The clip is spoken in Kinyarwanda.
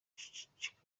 chicago